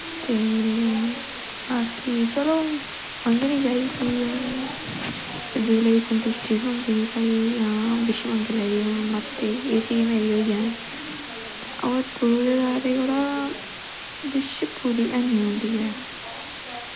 ते बाकी चलो मंगनी चाही दी ओह् दिले संतुष्टी थ्होंदी भाई हां बिश मंगी लेई दी हून मतलव कि एह् चीज मेरी पूरी होई जानी हां टुटदे तारे कोला बिश पूरी हैनी होंदी ऐ